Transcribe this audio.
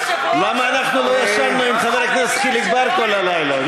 למה אנחנו לא ישבנו עם חבר הכנסת חיליק בר כל הלילה?